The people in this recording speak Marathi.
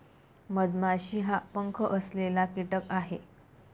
मधमाशी हा पंख असलेला कीटक आहे